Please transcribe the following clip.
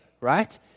right